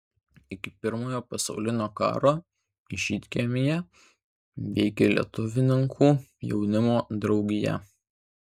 iki pirmojo pasaulinio karo žydkiemyje veikė lietuvininkų jaunimo draugija